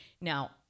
Now